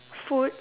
food